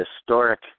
historic